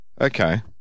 Okay